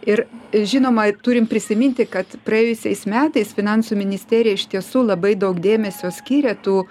ir žinoma turim prisiminti kad praėjusiais metais finansų ministerija iš tiesų labai daug dėmesio skyrė tų